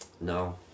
No